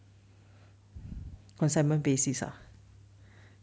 consignment basis ah